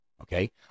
Okay